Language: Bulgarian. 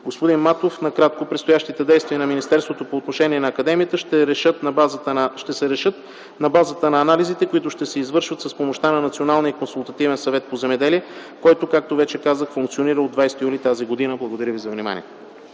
Господин Матов, накратко: предстоящите действия на министерството по отношение на академията ще се решат на базата на анализите, които ще се извършват с помощта на Националния научно-консултативен съвет по земеделие, който, както вече казах, функционира от 20 юли т.г. Благодаря за вниманието.